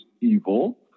evil